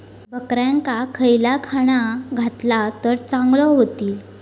बकऱ्यांका खयला खाणा घातला तर चांगल्यो व्हतील?